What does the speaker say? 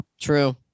True